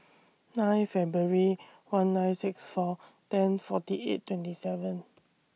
nine February one nine six four ten forty eight twenty seven